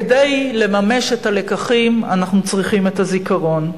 כדי לממש את הלקחים אנחנו צריכים את הזיכרון.